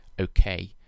okay